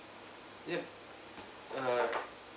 ya err